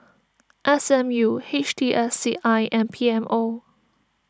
S M U H T S C I and P M O